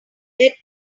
let